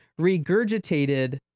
regurgitated